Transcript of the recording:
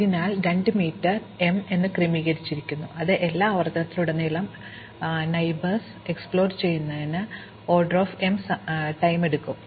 അതിനാൽ 2 metre m എന്ന് ക്രമീകരിച്ചിരിക്കുന്നു അതിനാൽ എല്ലാ n ആവർത്തനത്തിലുടനീളം അയൽക്കാരെ പര്യവേക്ഷണം ചെയ്യുന്നത് O m സമയമെടുക്കും